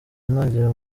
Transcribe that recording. nagera